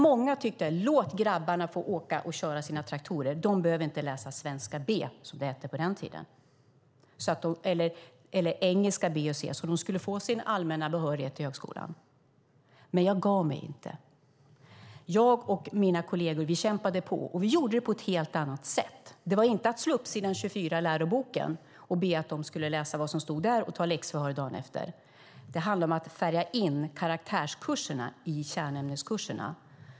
Många sade: Låt grabbarna få köra sina traktorer. De behöver inte läsa Svenska B, som det hette på den tiden, eller Engelska B och C, så att de skulle få sin allmänna behörighet till högskolan. Men jag gav mig inte. Jag och mina kolleger kämpade på, och vi gjorde det på ett helt annat sätt. Det handlade inte om att slå upp sidan 24 i läroboken och be att eleverna skulle läsa vad som stod där och sedan ha läxförhör dagen efter. Det handlade om att färga in karaktärsämneskurserna i kärnämneskurserna.